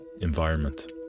environment